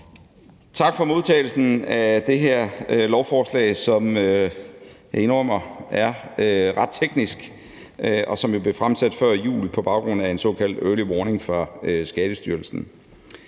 tak for modtagelsen af det her lovforslag, som er, indrømmer jeg, ret teknisk, og som blev fremsat før jul på baggrund af en såkaldt early warning fra Skattestyrelsen.